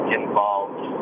involved